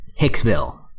Hicksville